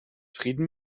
frieden